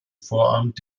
vorabend